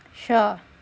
sure